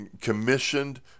commissioned